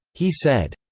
he said,